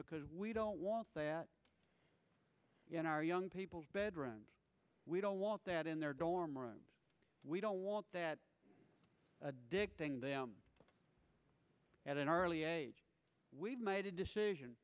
because we don't want that in our young people's bedrooms we don't want that in their dorm rooms we don't want that addicting them at an early age we've made a decision